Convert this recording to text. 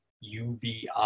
UBI